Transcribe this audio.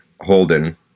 Holden